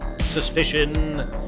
Suspicion